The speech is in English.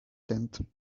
tent